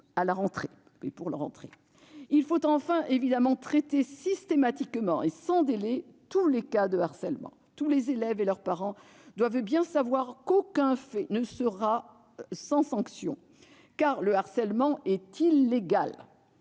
il faut évidemment traiter systématiquement, et sans délai, tous les cas de harcèlement. Les élèves et leurs parents doivent bien savoir qu'aucun fait ne restera sans sanction, car le harcèlement est illégal.